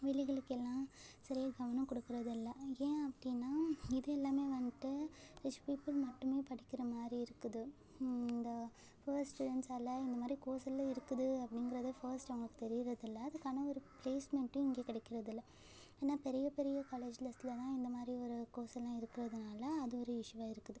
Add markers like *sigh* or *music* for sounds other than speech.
வேலைகளுக்கெல்லாம் சரியாக கவனம் கொடுக்குறது இல்லை ஏன் அப்படின்னா இது எல்லாமே வந்துட்டு ரிச் பியூப்புள் மட்டுமே படிக்கிற மாதிரி இருக்குது இந்த ஃபஸ்ட் *unintelligible* இந்த மாதிரி கோர்ஸ் எல்லாம் இருக்குது அப்படிங்கிறத ஃபஸ்ட் அவங்களுக்குத் தெரியிறதில்ல அதுக்கான ஒரு ப்ளேஸ்மெண்ட்டும் இங்கே கிடைக்கிறதில்ல ஏன்னா பெரிய பெரிய காலேஜ்லஸ்லலாம் இந்த மாதிரி ஒரு கோர்ஸெல்லாம் இருக்கிறதுனால அது ஒரு இஷ்யூவாக இருக்குது